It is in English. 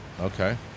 Okay